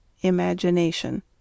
Imagination